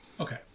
Okay